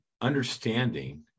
understanding